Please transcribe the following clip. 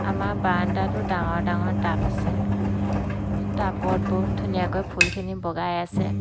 আমাৰ বাৰাণ্ডাতো ডাঙৰ ডাঙৰ টাব আছে টাবত বহুত ধুনীয়াকৈ ফুলখিনি বগাই আছে